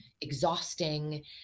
exhausting